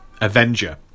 Avenger